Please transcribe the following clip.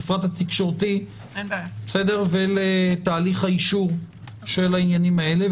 למפרט התקשורתי ולתהליך האישור של העניינים האלה.